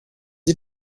sie